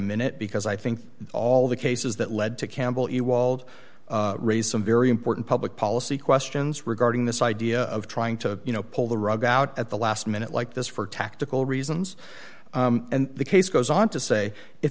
minute because i think all the cases that led to campbell you walled raise some very important public policy questions regarding this idea of trying to you know pull the rug out at the last minute like this for tactical reasons and the case goes on to say if